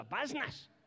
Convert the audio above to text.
business